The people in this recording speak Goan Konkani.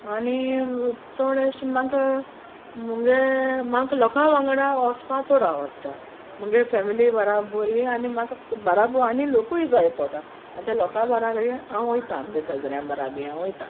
आनी चोड अेश म्हाका मुगे म्हाक लोकां वांगडा ओसपा चोड आवडटा मुगे फेमिली बाराबोरी आनी म्हाक बाराबोर आनी लोकूय जाय पोटा आनी ते लोका बारारी हांव वोयतां मुगे शेजऱ्या बारा बी हांव वोयतां